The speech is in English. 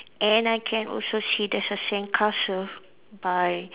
and I can also see there's a sandcastle by